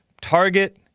Target